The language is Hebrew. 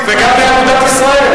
וגם מאגודת ישראל.